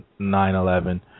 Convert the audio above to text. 9-11